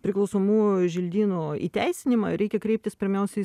priklausomųjų želdynų įteisinimą reikia kreiptis pirmiausiai